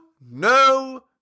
no